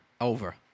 Over